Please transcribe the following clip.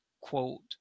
quote